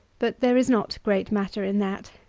but there is not great matter in that.